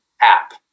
app